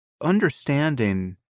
understanding